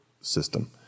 system